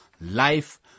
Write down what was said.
life